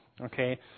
Okay